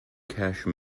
cache